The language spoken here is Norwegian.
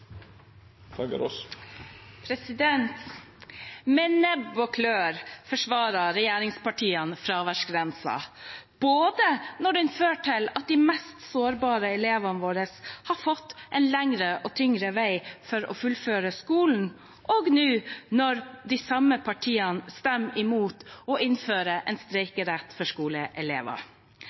Med nebb og klør forsvarer regjeringspartiene fraværsgrensen, både når den fører til at de mest sårbare elevene våre har fått en lengre og tyngre vei for å fullføre skolen, og nå, når de samme partiene stemmer imot å innføre en streikerett for skoleelever.